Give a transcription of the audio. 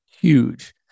huge